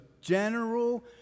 general